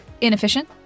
inefficient